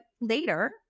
later